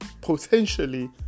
potentially